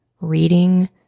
reading